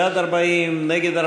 של קבוצת סיעת מרצ לסעיף 5 לא נתקבלה.